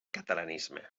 catalanisme